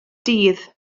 dydd